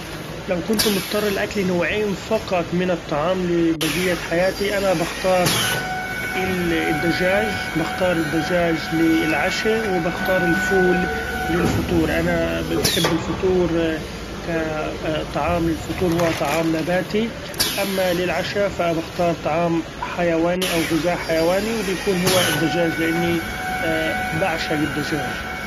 لو كنت مضطر لاكل نوعين فقط من الطعام لبقية حياتي أنا بختار ال- الدچاچ ، بختار الدچاچ للعشا وبختار الفول للفطور أنا بحب الفطور كطعام للفطور هو طعام نباتي، اما للعشاء فبختار طعام حيواني أو غذاء حيواني وبيكون هو الدچاچ لإني بعشق الدچاچ.